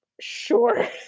sure